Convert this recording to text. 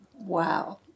Wow